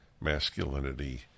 Masculinity